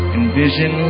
Envision